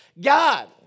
God